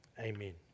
Amen